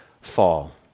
fall